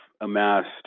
amassed